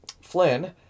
Flynn